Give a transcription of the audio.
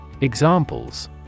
Examples